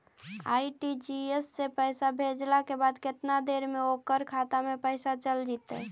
RTGS से पैसा भेजला के बाद केतना देर मे ओकर खाता मे चल जितै?